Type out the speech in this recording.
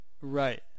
Right